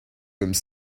comme